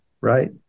right